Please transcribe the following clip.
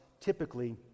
typically